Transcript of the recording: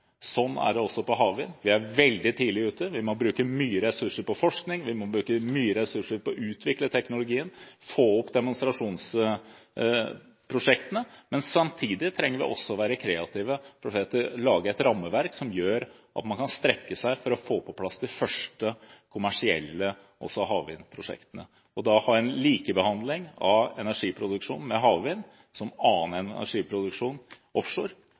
også med havvind – vi er veldig tidlig ute, vi må bruke mye ressurser på forskning, vi må bruke mye ressurser på å utvikle teknologien og få opp demonstrasjonsprosjektene. Men samtidig trenger vi også å være kreative – lage et rammeverk som gjør at man kan strekke seg for å få på plass de første kommersielle havvindprosjektene. Da å ha en likebehandling av energiproduksjon med havvind som annen energiproduksjon offshore